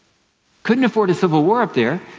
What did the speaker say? couldn't afford a civil war up there,